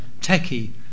techy